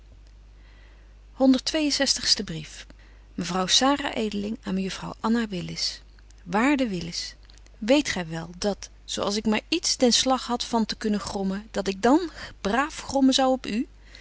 zestigste brief mevrouw sara edeling aan mejuffrouw anna willis waarde willis weet gy wel dat zo ik maar iets den slag had van te kunnen grommen dat ik dan braaf grommen zou op u